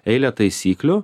eilę taisyklių